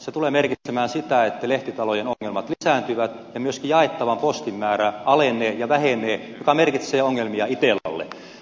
se tulee merkitsemään sitä että lehtitalojen ongelmat lisääntyvät ja myöskin jaettavan postin määrä alenee ja vähenee mikä merkitsee ongelmia itellalle